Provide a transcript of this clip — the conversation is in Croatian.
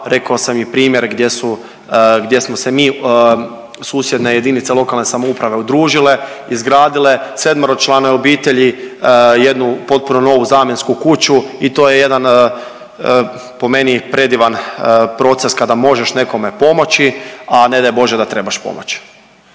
Rekao sam i primjer gdje smo se mi susjedne jedinice lokalne samouprave udružile, izgradile sedmeročlane obitelji. Jednu potpuno novu zamjensku kuću i to je jedan po meni predivan proces kada možeš nekome pomoći, a ne daj Bože da trebaš pomoć.